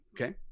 okay